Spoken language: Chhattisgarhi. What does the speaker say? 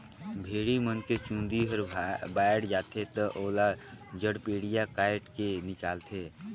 भेड़ी मन के चूंदी हर बायड जाथे त ओला जड़पेडिया कायट के निकालथे